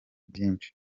byinshi